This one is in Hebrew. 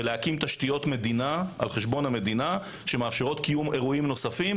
ולהקים תשתיות על חשבון המדינה שמאפשרות קיום אירועים נוספים,